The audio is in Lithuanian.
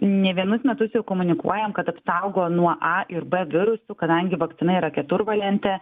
ne vienus metus ir komunikuojam kad apsaugo nuo a ir b virusų kadangi vakcina yra keturvalentė